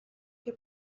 que